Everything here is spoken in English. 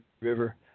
River